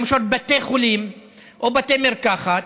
למשל בבתי חולים או בתי מרקחת,